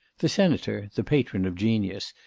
the senator, the patron of genius,